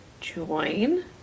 join